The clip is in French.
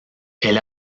elle